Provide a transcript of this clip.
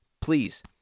Please